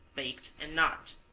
baked and not